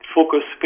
focus